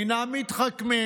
הם אינם מתחכמים,